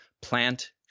plant